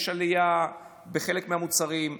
יש עלייה בחלק מהמוצרים.